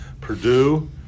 Purdue